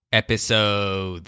episode